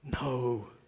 no